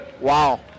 Wow